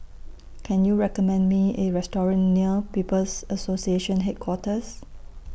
Can YOU recommend Me A Restaurant near People's Association Headquarters